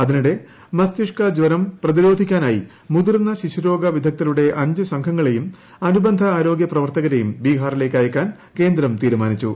അതിനിടെ മസ്തിഷ്ക ജൂരം പ്രതിരോധിക്കാനായി മുതിർന്ന ശിശുരോഗ വിദഗ്ധരരുടെ അഞ്ച് സംഘങ്ങളെയും അനുബന്ധ ആരോഗ്യപ്രവർത്തകരേയും ബീഹാറിലേയ്ക്ക് അയയ്ക്കാൻ കേന്ദ്രം തീരുമാനിച്ചു